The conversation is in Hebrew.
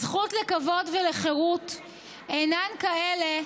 הזכויות לכבוד ולחירות אינן כאלה